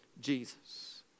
Jesus